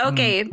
Okay